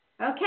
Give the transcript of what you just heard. Okay